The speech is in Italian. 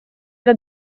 alla